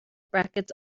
brackets